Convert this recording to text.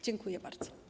Dziękuję bardzo.